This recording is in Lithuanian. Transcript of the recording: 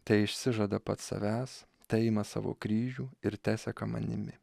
teišsižada pats savęs teima savo kryžium ir teseka manimi